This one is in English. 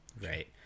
right